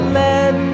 let